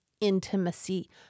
intimacy